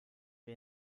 wir